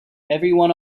everyone